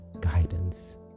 guidance